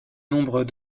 nombre